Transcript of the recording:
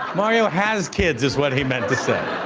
mario has kids, is what he meant to say.